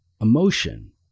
emotion